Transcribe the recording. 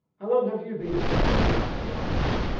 how long have you been a sectary astronomical?